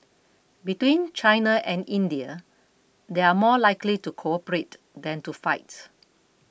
between China and India they are more likely to cooperate than to fight